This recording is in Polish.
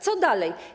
Co dalej?